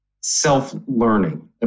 self-learning